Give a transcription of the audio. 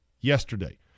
yesterday